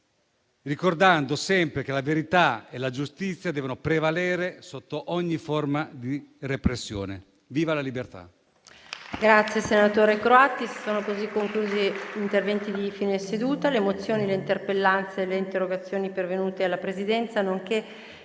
ricordando sempre che la verità e la giustizia devono prevalere su ogni forma di repressione. Viva la libertà.